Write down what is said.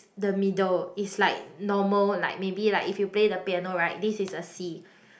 the middle is like normal like maybe like if you play the piano right this is a C